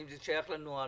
האם זה שייך לנוהל,